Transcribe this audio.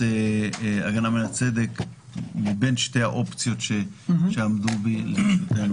הגנה מן הצדק מבין שתי האופציות שעמדו לרשותנו.